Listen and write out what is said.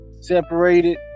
separated